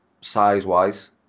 size-wise